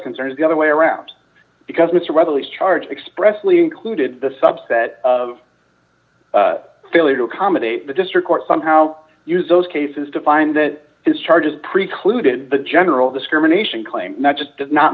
concerned the other way around because mr weatherley charge expressly included the subset of failure to accommodate the district court somehow use those cases to find that his charges precluded the general discrimination claim not just does not